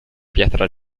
pietra